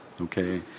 Okay